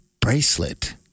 bracelet